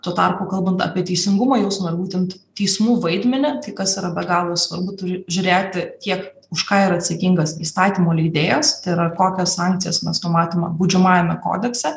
tuo tarpu kalbant apie teisingumo jausmą būtent teismų vaidmenį tai kas yra be galo svarbu turi žiūrėti tiek už ką yra atsakingas įstatymų leidėjas tai yra kokias sankcijas mes numatome baudžiamajame kodekse